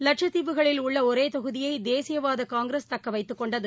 லட்சத்தீவுகளில் உள்ளஒரேதொகுதியைதேசியவாதகாங்கிரஸ் தக்கவைத்துக் கொண்டது